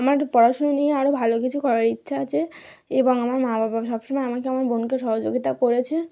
আমার পড়াশুনা নিয়ে আরও ভালো কিছু করার ইচ্ছা আছে এবং আমার মা বাবা সব সময় আমাকে আমার বোনকে সহযোগিতা করেছে